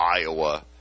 Iowa